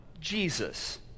Jesus